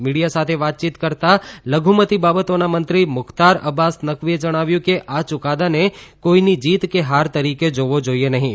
media સાથે વાતયીત કરતા લઘુમતી બાબતોના મંત્રી મુખ્તાર અબ્બાસ નકવીએલ જણાવ્યું છે કે આ યુકાદાને કોઇની જીત કે હાર તરીકે જોવો જોઇએ નહીં